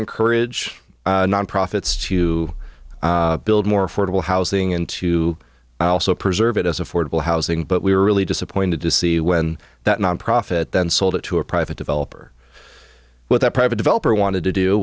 encourage nonprofits to build more affordable housing into also preserve it as affordable housing but we were really disappointed to see when that nonprofit then sold it to a private developer what that private developer wanted to do